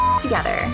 together